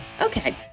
Okay